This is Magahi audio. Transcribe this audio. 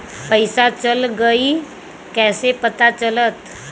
पैसा चल गयी कैसे पता चलत?